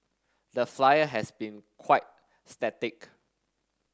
the Flyer has been quite static